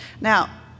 Now